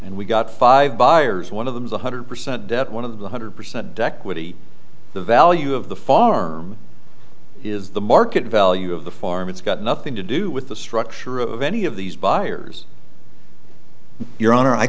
and we've got five buyers one of them is one hundred percent debt one of the hundred percent deck whitty the value of the farm is the market value of the farm it's got nothing to do with the structure of any of these buyers your honor i